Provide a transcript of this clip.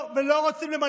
ואני אגיד לך יותר